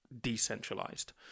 decentralized